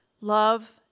Love